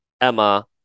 Emma